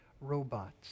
robots